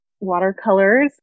watercolors